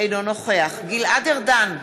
אינו נוכח גלעד ארדן,